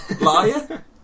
Liar